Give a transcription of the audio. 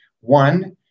One